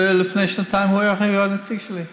היה לפני שנתיים הנציג שלי בוועדה.